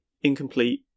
incomplete